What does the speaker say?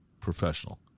professional